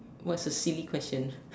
what's your silly question